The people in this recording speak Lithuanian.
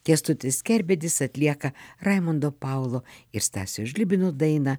kęstutis kerbedis atlieka raimundo paulo ir stasio žlibino dainą